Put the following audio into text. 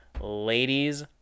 ladies